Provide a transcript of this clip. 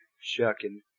shucking